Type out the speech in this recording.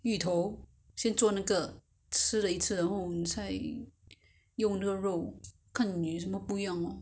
芋头先做那个吃了一次然后你再用那个肉看有什么不一样吗